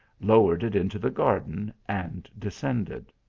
lowered it into the garden, and descended.